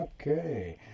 okay